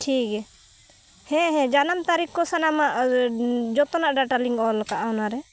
ᱴᱷᱤᱠ ᱜᱮᱭᱟ ᱦᱮᱸ ᱦᱮᱸ ᱡᱟᱱᱟᱢ ᱛᱟᱹᱨᱤᱠᱷ ᱠᱚ ᱥᱟᱱᱟᱢᱟᱜ ᱡᱷᱚᱛᱚᱣᱟᱜ ᱰᱟᱴᱟᱞᱤᱧ ᱚᱞ ᱟᱠᱟᱫᱟ ᱚᱱᱟᱨᱮ